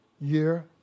year